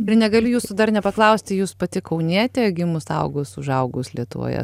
bet negaliu jūsų dar nepaklausti jūs pati kaunietė gimus augus užaugus lietuvoje